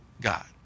God